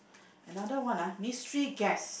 another one ah mystery guest